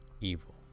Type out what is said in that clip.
evil